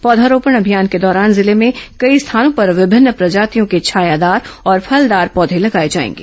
पौधारोपण अभियान को दौरान जिले में कई स्थानों पर विभिन्न प्रजातियों के छायादार और फलदार पौधे लगाए जाएंगे